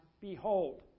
behold